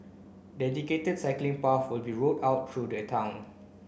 dedicated cycling paths will be rolled out through the town